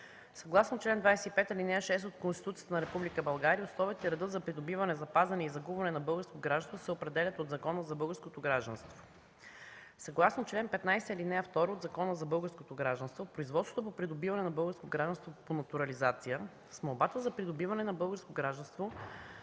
Съгласно чл. 27, ал. 6 от Конституцията на Република България редът за придобиване, запазване и загубване на българско гражданство се определя със Закона за българското гражданство. Съгласно чл. 15, ал. 2 от Закона за българското гражданство производството по придобиване на българско гражданство по натурализация, с молбата за придобиване на българско гражданство